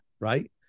right